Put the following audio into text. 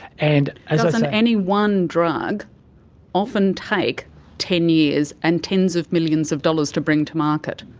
and ah doesn't any one drug often take ten years and tens of millions of dollars to bring to market?